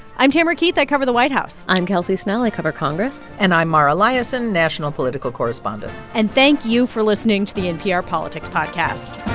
i'm tamara keith. i cover the white house i'm kelsey snell. i cover congress and i'm mara liasson, national political correspondent and thank you for listening to the npr politics podcast